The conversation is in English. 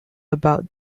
about